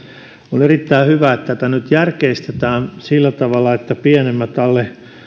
on erittäin hyvä että tätä nyt järkeistetään sillä tavalla että pienemmät alle